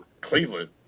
Cleveland